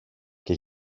και